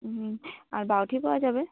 হুম আর বাউঠি পাওয়া যাবে